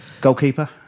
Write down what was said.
Goalkeeper